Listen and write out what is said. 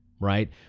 right